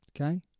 okay